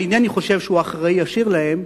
אינני חושב שהוא אחראי ישיר להם,